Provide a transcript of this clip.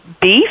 beef